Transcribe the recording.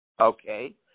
Okay